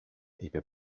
είπε